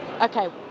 Okay